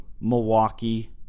Milwaukee